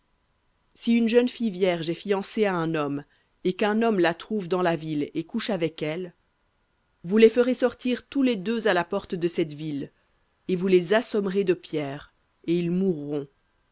si une jeune fille vierge est fiancée à un homme et qu'un homme la trouve dans la ville et couche avec elle vous les ferez sortir tous les deux à la porte de cette ville et vous les assommerez de pierres et ils mourront